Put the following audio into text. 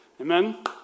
Amen